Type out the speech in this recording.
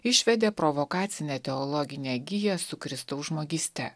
išvedė provokacinę teologinę giją su kristaus žmogyste